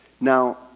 Now